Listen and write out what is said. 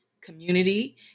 community